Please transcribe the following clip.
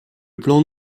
plan